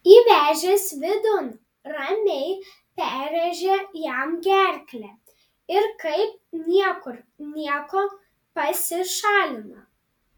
įvežęs vidun ramiai perrėžia jam gerklę ir kaip niekur nieko pasišalina